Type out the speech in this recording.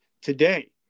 today